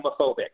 homophobic